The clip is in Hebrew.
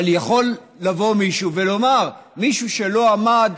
אבל יכול לבוא מישהו ולומר: מישהו שלא עמד